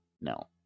No